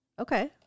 Okay